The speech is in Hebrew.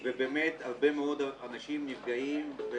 בצנרת, והרבה מאוד אנשים נפגעים.